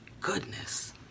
goodness